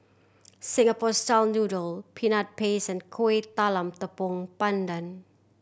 Singapore style noodle Peanut Paste and Kuih Talam Tepong Pandan